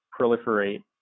proliferate